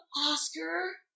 Oscar